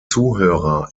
zuhörer